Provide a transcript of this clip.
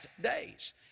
days